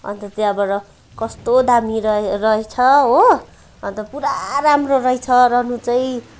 अन्त त्यहाँबाट कस्तो दामी रहे रहेछ हो अन्त पुरा राम्रो रहेछ रहनु चाहिँ